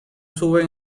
suben